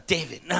David